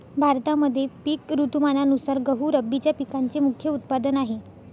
भारतामध्ये पिक ऋतुमानानुसार गहू रब्बीच्या पिकांचे मुख्य उत्पादन आहे